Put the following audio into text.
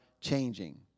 changing